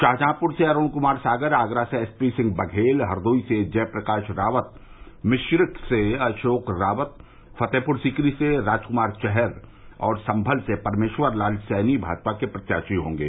शाहजहांपुर से अरूण कुमार सागर आगरा से एसपी सिंह बघेल हरदोई से जय प्रकाश रावत मिश्रिख से अशोक रावत फतेहपुर सीकरी से राज कुमार चहर और संभल से परमेश्वर लाल सैनी भाजपा के प्रत्याशी होंगे